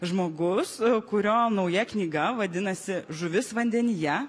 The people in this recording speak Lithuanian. žmogus kurio nauja knyga vadinasi žuvis vandenyje